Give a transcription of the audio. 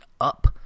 up